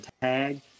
tag